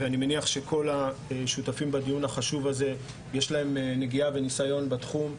ואני מניח שלכול השותפים בדיון החשוב הזה יש נגיעה וניסיון בתחום.